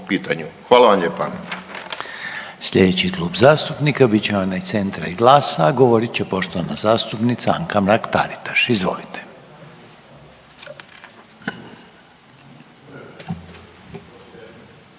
Hvala vam lijepa.